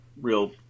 real